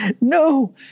no